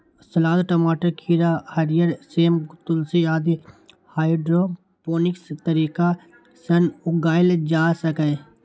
सलाद, टमाटर, खीरा, हरियर सेम, तुलसी आदि हाइड्रोपोनिक्स तरीका सं उगाएल जा सकैए